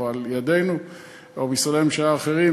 על-ידינו או על-ידי משרדי הממשלה האחרים,